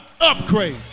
upgrade